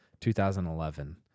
2011